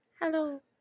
hello